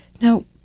Now